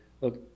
Look